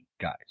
guys